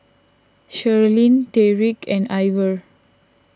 Sherlyn Tyreek and Ivor